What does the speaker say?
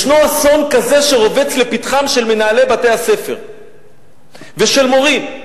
ישנו אסון כזה שרובץ לפתחם של מנהלי בתי-הספר ושל מורים.